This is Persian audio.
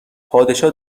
پادشاه